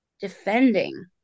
defending